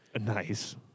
Nice